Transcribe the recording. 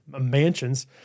mansions